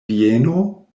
vieno